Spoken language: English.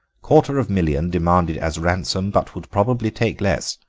quarter of million demanded as ransom, but would probably take less.